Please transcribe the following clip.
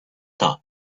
top